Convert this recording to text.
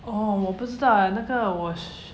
orh 我不知道 eh 那个我